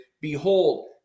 behold